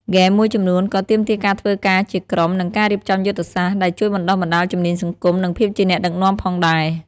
ហ្គេមមួយចំនួនក៏ទាមទារការធ្វើការជាក្រុម និងការរៀបចំយុទ្ធសាស្ត្រ ដែលជួយបណ្ដុះបណ្ដាលជំនាញសង្គម និងភាពជាអ្នកដឹកនាំផងដែរ។